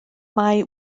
mae